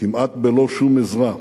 כמעט בלא שום עזרה,